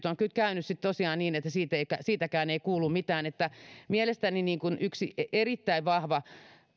kyllä käynyt sitten tosiaan niin että siitäkään ei kuulu mitään mielestäni yksi erittäin vahva